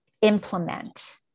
implement